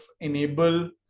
enable